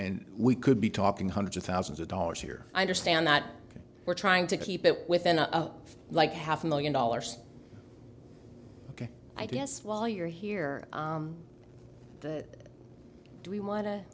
and we could be talking hundreds of thousands of dollars here i understand that we're trying to keep it within like half a million dollars i guess while you're here we want to